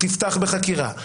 תפתח בחקירה.